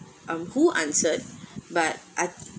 um who answered but I